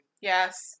yes